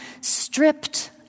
stripped